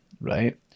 right